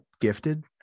gifted